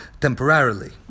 temporarily